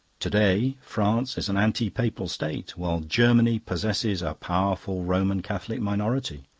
to-day france is an anti-papal state, while germany possesses a powerful roman catholic minority.